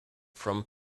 from